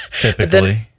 Typically